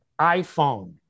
iPhone